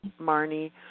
Marnie